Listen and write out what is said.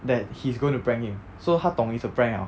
that he's going to prank him so 他懂 is a prank 了